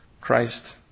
Christ